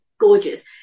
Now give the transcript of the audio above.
gorgeous